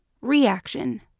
Reaction